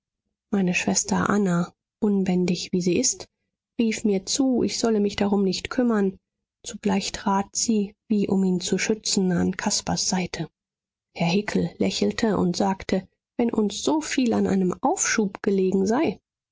meine schwester anna unbändig wie sie ist rief mir zu ich solle mich darum nicht kümmern zugleich trat sie wie um ihn zu schützen an caspars seite herr hickel lächelte und sagte wenn uns so viel an einem aufschub gelegen sei